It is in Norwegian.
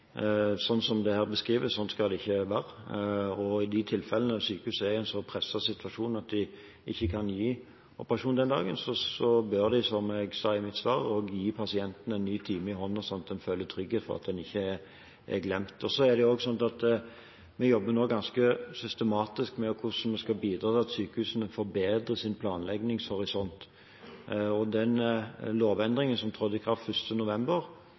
Sånn som det her beskrives, skal det ikke være, og i de tilfellene sykehuset er i en så presset situasjon at de ikke kan gi operasjon den dagen, bør de – som jeg sa i mitt svar – gi pasientene en ny time, slik at en føler trygghet for at en ikke er glemt. Vi jobber nå ganske systematisk med hvordan vi skal bidra til at sykehusene skal forbedre sin planleggingshorisont. Den lovendringen som trådte i kraft den 1. november,